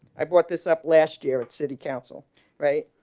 i brought this up last year and city council right